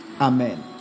Amen